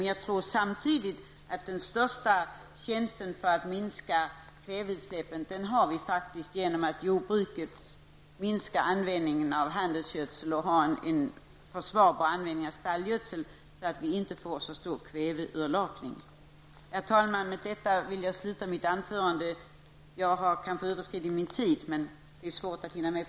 Men jag tror att det viktigaste när det gäller att minska kväveutsläppen är jordbrukets minskning av användningen av handelsgödsel. Det måste bli en försvarbar användning av stallgödsel, så att det inte blir så stor kväveurlakning. Herr talman! Med detta vill jag sluta mitt anförande. Kanske har jag överskridit min tid, men det är svårt att hinna med.